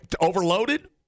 overloaded